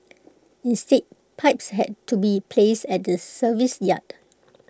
instead pipes had to be placed at the service yard